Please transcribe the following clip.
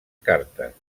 cartes